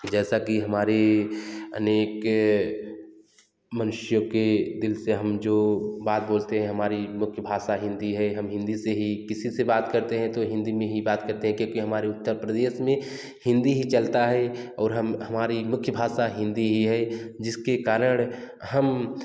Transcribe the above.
जैसा कि हमारे अनेक मनुष्यों के दिल से हम जो बात बोलते हैं हमारी मुख्य भाषा हिंदी है हम हिंदी से किसी से बात करते हैं तो हिंदी में ही बात करते हैं क्योंकि हमारे उत्तर प्रदेश में हिंदी ही चलता है और हम हमारी मुख्य भाषा हिंदी ही है जिसके कारण हम